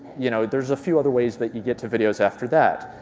you know there's a few other ways that you get to videos after that.